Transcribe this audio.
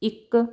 ਇੱਕ